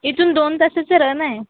इथून दोन तासाचं रन आहे